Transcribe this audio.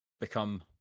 become